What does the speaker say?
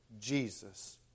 Jesus